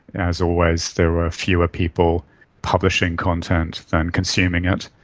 as always there were fewer people publishing content than consuming it,